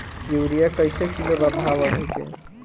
Urea कइसे kilo बा भाव अभी के?